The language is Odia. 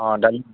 ହଁ